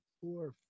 four